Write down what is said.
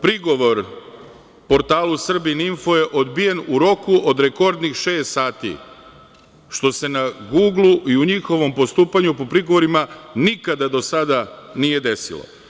Prigovor portalu „Srbin info“ je odbijen u roku od rekordnih šest sati, što se na „Guglu“ i u njihovom postupanju po prigovorima nikada do sada nije desilo.